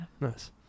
Nice